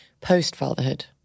post-fatherhood